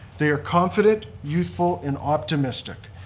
they are confident, youthful and optimistic.